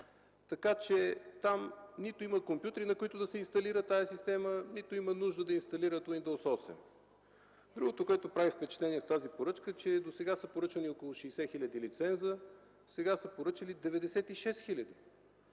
Там нито има компютри, на които да се инсталира тази система, нито има нужда да инсталират Windows 8. Другото, което прави впечатление в тази поръчка, е, че досега са поръчвани около 60 хил. лиценза, сега са поръчали 96